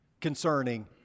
concerning